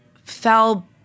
Fell